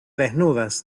desnudas